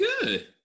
good